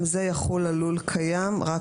גם זה יחול על לול קיים רק